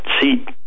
seat